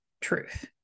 truth